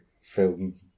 film